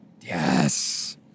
Yes